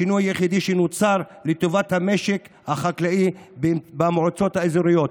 השינוי היחיד שנוצר הוא לטובת המשק החקלאי במועצות האזוריות.